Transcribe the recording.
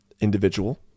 individual